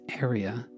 area